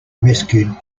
rescued